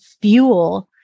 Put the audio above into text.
fuel